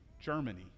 Germany